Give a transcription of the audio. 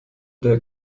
der